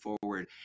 forward